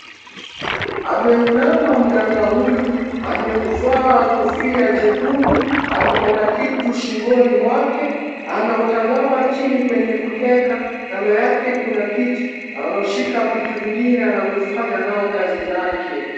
Ameunama mganga hulu, ameuvaa kofia jekundu. Ako na kitu shingoni mwake. Anautazama chini kwenye mkeka, kando yake kuna kiti anaushika vitu vingine anavyofanya nao kazi zake.